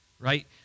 Right